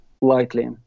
lightly